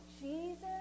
Jesus